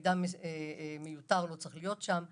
מידע מיותר לא צריך להיות שם,